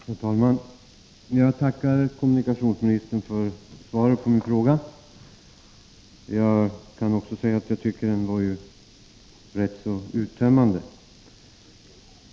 Herr talman! Jag tackar kommunikationsministern för svaret på min fråga. Jag tycker att det var ganska uttömmande.